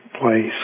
place